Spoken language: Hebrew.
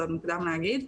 זה עוד מוקדם להגיד.